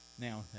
now